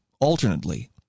alternately